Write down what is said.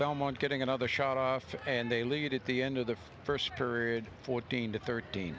belmont getting another shot off and they leave it at the end of the first period fourteen to thirteen